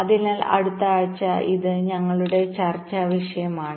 അതിനാൽ അടുത്തയാഴ്ച ഇത് ഞങ്ങളുടെ ചർച്ചാവിഷയമാണ്